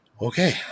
okay